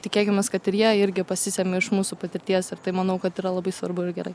tikėkimės kad ir jie irgi pasisemia iš mūsų patirties ir tai manau kad yra labai svarbu ir gerai